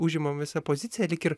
užimam visa pozicija lyg ir